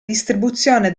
distribuzione